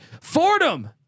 Fordham